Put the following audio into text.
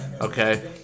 okay